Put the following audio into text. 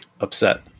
upset